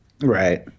Right